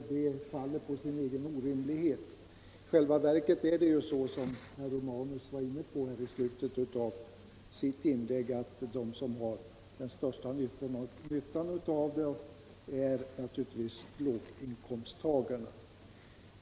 Det faller på sin egen orimlighet. I själva verket är det så, som herr Romanus var inne på i slutet av sitt inlägg, att de som har den största nyttan av en sådan indexreglering är låginkomsttagarna.